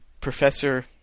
Professor